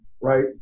right